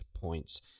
points